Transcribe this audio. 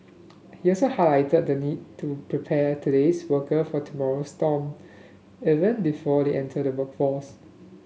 he also highlighted the need to prepare today's worker for tomorrow's storm even before they enter the workforce